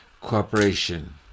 cooperation